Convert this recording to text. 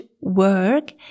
work